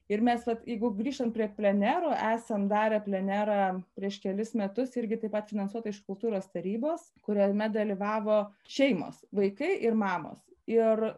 ir mes vat jeigu grįžtant prie plenerų esam darę plenerą prieš kelis metus irgi taip pat finansuotą iš kultūros tarybos kuriame dalyvavo šeimos vaikai ir mamos ir